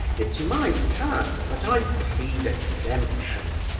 it's my turn, but i plead exemption,